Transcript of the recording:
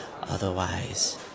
Otherwise